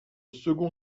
second